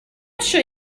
sure